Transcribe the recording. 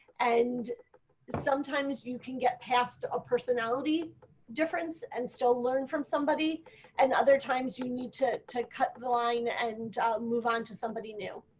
and sometimes you can get past a personality difference and still learn from somebody and other times you need to to cut the line and move on to somebody new.